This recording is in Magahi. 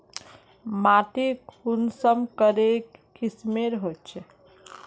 माटी कुंसम करे किस्मेर होचए?